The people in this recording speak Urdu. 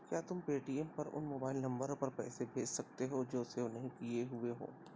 کیا تم پے ٹی ایم پر ان موبائل نمبروں پر پیسے بھیج سکتے ہو جو سیو نہیں کیے ہوئے ہوں